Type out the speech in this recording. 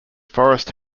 forest